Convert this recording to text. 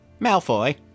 Malfoy